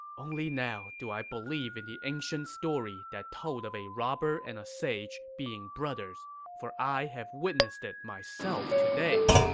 only now do i believe in the ancient story that told of a robber and a sage being brothers, for i have witnessed it myself today.